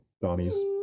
Donnie's